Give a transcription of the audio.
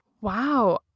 Wow